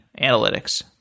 analytics